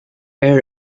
air